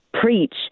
preach